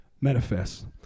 manifests